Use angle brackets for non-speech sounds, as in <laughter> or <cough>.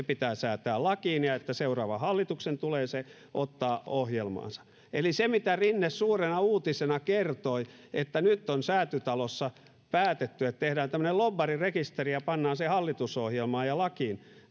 <unintelligible> pitää säätää lakiin ja että seuraavan hallituksen tulee se ottaa ohjelmaansa eli se mitä rinne suurena uutisena kertoi että nyt on säätytalossa päätetty että tehdään tämmöinen lobbarirekisteri ja pannaan se hallitusohjelmaan ja lakiin